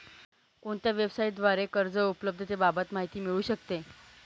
कोणत्या वेबसाईटद्वारे कर्ज उपलब्धतेबाबत माहिती मिळू शकते?